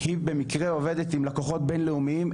היא במקרה עובדת עם לקוחות בינלאומיים,